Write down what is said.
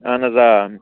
اَہَن حظ آ